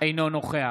אינו נוכח